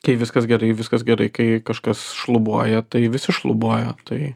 kai viskas gerai viskas gerai kai kažkas šlubuoja tai visi šlubuoja tai